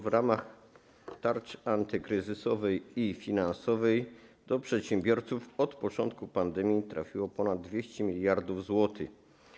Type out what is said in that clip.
W ramach tarczy antykryzysowej i finansowej do przedsiębiorców od początku pandemii trafiło ponad 200 mld zł.